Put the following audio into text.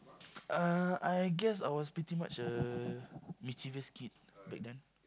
uh I guess I was pretty much a mischievous kid back then